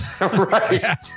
Right